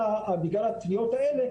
בגלל התביעות האלה,